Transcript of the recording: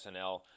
SNL